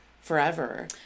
forever